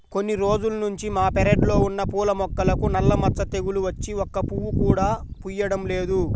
కొన్ని రోజుల్నుంచి మా పెరడ్లో ఉన్న పూల మొక్కలకు నల్ల మచ్చ తెగులు వచ్చి ఒక్క పువ్వు కూడా పుయ్యడం లేదు